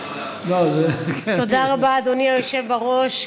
תודה רבה, אדוני היושב-ראש.